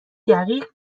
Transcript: دقیق